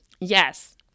Yes